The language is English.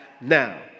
now